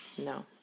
No